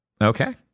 Okay